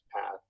path